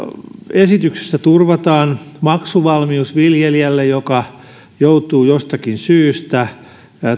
esityksessä turvataan maksuvalmius viljelijälle joka joutuu jostakin syystä